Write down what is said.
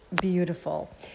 beautiful